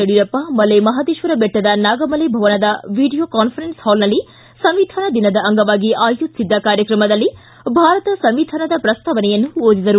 ಯಡಿಯೂರಪ್ಪ ಮಲೆ ಮಹದೇಶ್ವರ ಬೆಟ್ಟದ ನಾಗಮಲೆ ಭವನದ video conference ಹಾಲ್ನಲ್ಲಿ ಸಂವಿಧಾನ ದಿನದ ಅಂಗವಾಗಿ ಆಯೋಜಿಸಿದ್ದ ಕಾರ್ಯಕ್ರಮದಲ್ಲಿ ಭಾರತ ಸಂವಿಧಾನದ ಪ್ರಸ್ತಾವನೆಯನ್ನು ಓದಿದರು